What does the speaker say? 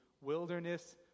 wilderness